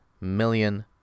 million